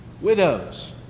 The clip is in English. widows